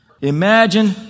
Imagine